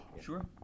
Sure